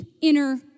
inner